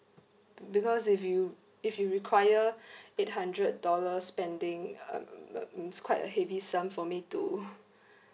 because if you if you require eight hundred dollar spending um um it's quite a heavy sum for me to